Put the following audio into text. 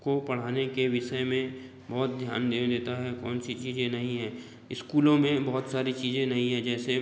को पढ़ाने के विषय में बहुत ध्यान दे देता है कौन सी चीज़ें नहीं है स्कूलों में बहुत सारी चीज़ें नहीं है जैसे